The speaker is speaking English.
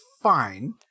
fine